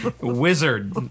wizard